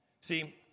See